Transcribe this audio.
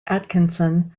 atkinson